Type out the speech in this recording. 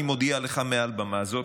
אני מודיע לך מעל במה זו,